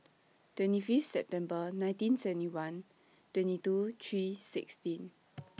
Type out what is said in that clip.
twenty Fifth September nineteen seventy one twenty two three sixteen